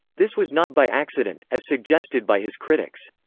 this was not by accident, as suggested by his critics.